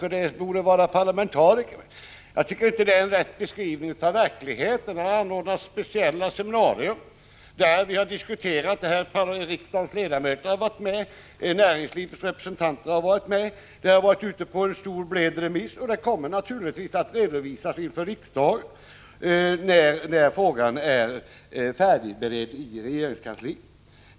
Enligt hans mening borde utredningarna ha varit parlamentariskt sammansatta. Vad han har sagt tycker jag inte är en korrekt beskrivning av verkligheten. Det har anordnats speciella seminarier, där riksdagsledamöter och näringslivsrepresentanter har deltagit. De olika frågorna har varit ute på en bred remiss, och resultaten kommer naturligtvis att redovisas inför riksdagen när frågorna är färdigberedda i regeringskansliet.